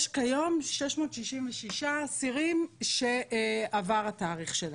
יש כיום 666 אסירים שעבר התאריך שלהם,